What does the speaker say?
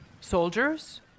soldiers